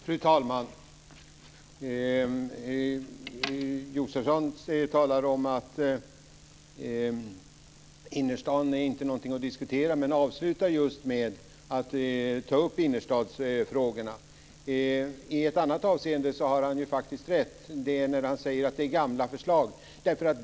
Fru talman! Josefsson säger att innerstaden inte är någonting att diskutera men avslutar med att ta upp just innerstadsfrågorna. I ett avseende har han faktiskt rätt, nämligen när han säger att detta är gamla förslag.